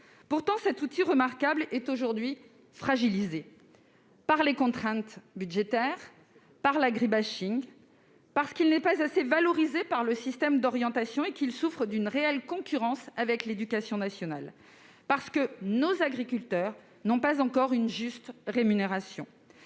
Pourtant, cet outil remarquable est aujourd'hui fragilisé, par les contraintes budgétaires, par l'agribashing, parce qu'il n'est pas assez valorisé par le système d'orientation et qu'il souffre d'une réelle concurrence avec l'éducation nationale, parce que nos agriculteurs n'ont pas encore une juste rémunération.